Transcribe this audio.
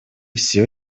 все